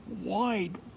wide